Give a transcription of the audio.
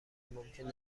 ممکن